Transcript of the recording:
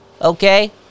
Okay